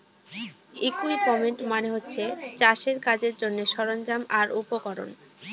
equipment মানে হচ্ছে চাষের কাজের জন্যে সরঞ্জাম আর উপকরণ